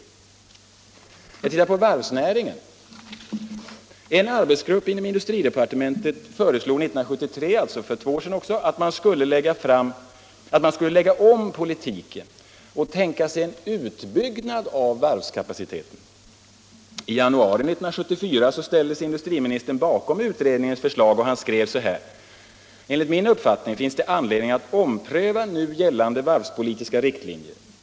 Eller låt oss se på varvsnäringen! En arbetsgrupp inom industridepartementet föreslog 1973 — alltså också för två år sedan — att man skulle lägga om politiken och tänka sig en utbyggnad av varvskapaciteten. I januari 1974 ställde sig industriministern bakom utredningens förslag och skrev: ”Enligt min uppfattning finns det anledning att ompröva nu gällande varvspolitiska riktlinjer.